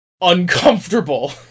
uncomfortable